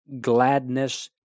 gladness